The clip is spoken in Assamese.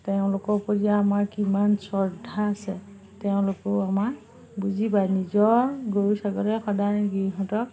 তেওঁলোকৰ ওপৰত এতিয়া আমাৰ কিমান শ্ৰদ্ধা আছে তেওঁলোকেও আমাক বুজি পায় নিজৰ গৰু ছাগলীয়ে সদায় গৃহতক